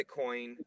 Bitcoin